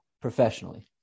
professionally